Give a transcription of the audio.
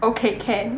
okay can